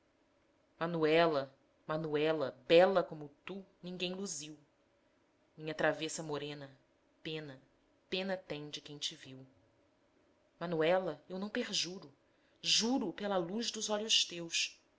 manuela manuela bela como tu ninguém luziu minha travessa morena pena pena tem de quem te viu manuela eu não perjuro juro pela luz dos olhos teus